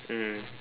mmhmm